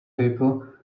people